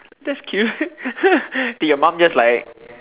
that's cute did your mom just like